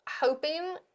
Hoping